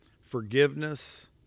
forgiveness